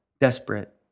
desperate